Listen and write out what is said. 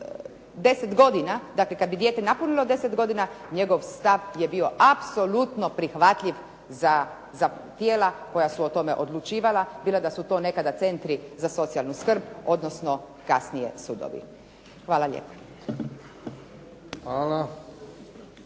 10 godina dakle kad bi dijete napunilo 10 godina njegov stav je bio apsolutno prihvatljiv za tijela koja su o tome odlučivala bilo da su to nekada centri za socijalnu skrb odnosno kasnije sudovi. Hvala lijepa.